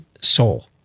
soul